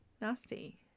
Nasty